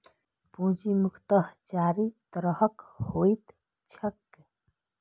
पूंजी मुख्यतः चारि तरहक होइत छैक